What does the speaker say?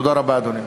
תודה רבה, אדוני.